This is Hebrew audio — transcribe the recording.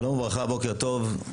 שלום וברכה, בוקר טוב.